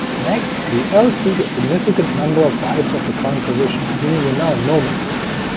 next we all seek a significant number of bytes off the current position, meaning we're now in no man's land.